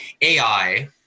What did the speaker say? AI